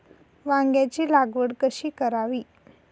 वांग्यांची लागवड कशी करावी?